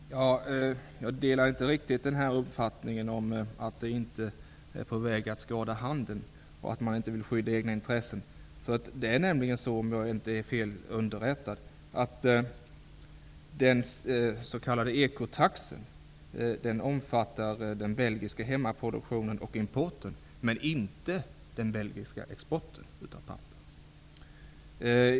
Herr talman! Jag delar inte riktigt uppfattningen om att ECO-taxen inte är på väg att skada handeln och om att man inte vill skydda egna intressen i Belgien. Det är nämligen så, om jag inte är felunderrättad, att den s.k. ECO-taxen omfattar den belgiska hemmaproduktionen och importen, men inte den belgiska exporten av papper.